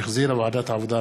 שהחזירה ועדת העבודה,